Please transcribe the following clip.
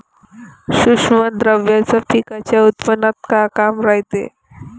सूक्ष्म द्रव्याचं पिकाच्या उत्पन्नात का काम रायते?